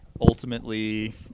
ultimately